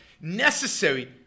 necessary